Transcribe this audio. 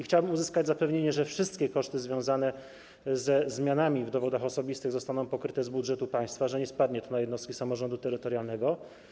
Chciałbym uzyskać zapewnienie, że wszystkie koszty związane ze zmianami w dowodach osobistych zostaną pokryte z budżetu państwa, że nie spadnie to na jednostki samorządu terytorialnego.